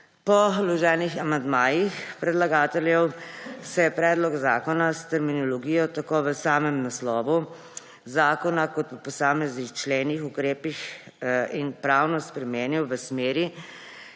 Po vloženih amandmajih predlagateljev se je predlog zakona s terminologijo tako v samem naslovu zakona kot po posameznih členih, ukrepih in pravno spremenil v smeri,